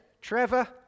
Trevor